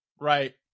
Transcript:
right